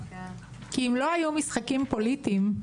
כי אם לא היו משחקים פוליטיים,